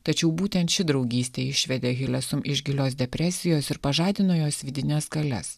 tačiau būtent ši draugystė išvedė hilesum iš gilios depresijos ir pažadino jos vidines galias